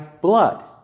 blood